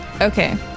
Okay